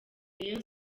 rayon